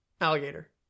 Alligator